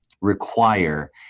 require